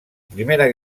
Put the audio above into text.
primera